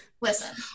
Listen